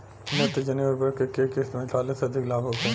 नेत्रजनीय उर्वरक के केय किस्त में डाले से अधिक लाभ होखे?